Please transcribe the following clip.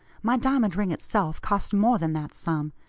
my diamond ring itself cost more than that sum,